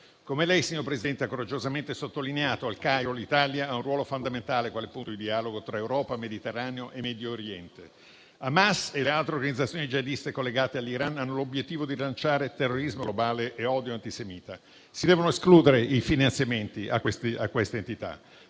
Come lei, signor Presidente, ha coraggiosamente sottolineato a Il Cairo, l'Italia ha un ruolo fondamentale quale punto di dialogo tra Europa, Mediterraneo e Medio Oriente. Hamas e le altre organizzazioni jihadiste collegate all'Iran hanno l'obiettivo di rilanciare terrorismo globale e odio antisemita. Si devono escludere i finanziamenti a queste entità.